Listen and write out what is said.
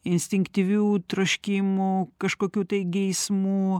instinktyvių troškimų kažkokių tai geismų